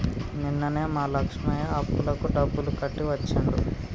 నిన్ననే మా లక్ష్మయ్య అప్పులకు డబ్బులు కట్టి వచ్చిండు